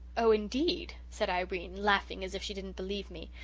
oh, indeed said irene, laughing as if she didn't believe me.